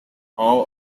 all